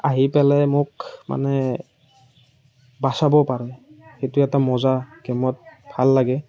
আহি পেলাই মোক মানে বচাব পাৰে সেইটো এটা মজা গেমত ভাল লাগে